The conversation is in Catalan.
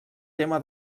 tema